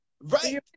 Right